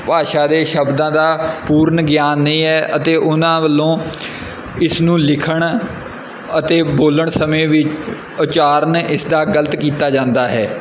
ਭਾਸ਼ਾ ਦੇ ਸ਼ਬਦਾਂ ਦਾ ਪੂਰਨ ਗਿਆਨ ਨਹੀਂ ਹੈ ਅਤੇ ਉਹਨਾਂ ਵੱਲੋਂ ਇਸ ਨੂੰ ਲਿਖਣ ਅਤੇ ਬੋਲਣ ਸਮੇਂ ਵੀ ਉਚਾਰਨ ਇਸ ਦਾ ਗਲਤ ਕੀਤਾ ਜਾਂਦਾ ਹੈ